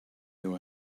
new